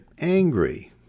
angry